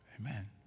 amen